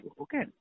Okay